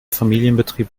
familienbetrieb